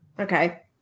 Okay